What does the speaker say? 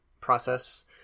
process